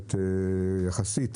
מוקדמת יחסית